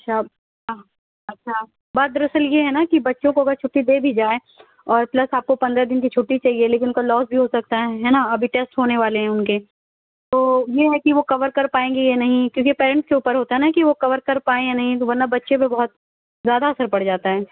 اچھا اچھا بات در اصل یہ ہے نا کہ بچوں کو اگر چھٹی دی جائے اور پلس آپ کو پندرہ دن کی چھٹی چاہیے لیکن ان کا لوس بھی ہوسکتا ہے ہے نا ابھی ان کا ٹیسٹ بھی ہونے والے ہیں ان کے تو یہ ہے کہ وہ کور کر پائیں گے یا نہیں کیوں کہ پیرینٹس کے اوپر ہوتا ہے کہ نا کہ وہ کور کر پائیں یا نہیں ورنہ بچے پر بہت زیادہ اثر پڑ جاتا ہے